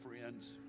friends